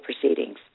proceedings